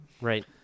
Right